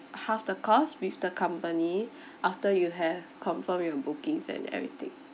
half the cost with the company after you have confirm your bookings and everything